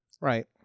Right